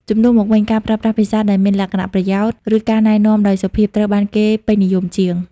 ជំនួសមកវិញ ការប្រើប្រាស់ភាសាដែលមានលក្ខណៈប្រយោល ឬការណែនាំដោយសុភាព ត្រូវបានគេពេញនិយមជាង។